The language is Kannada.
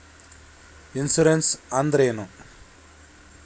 ಇನ್ಸುರೆನ್ಸ್ ಅಂದ್ರೇನು?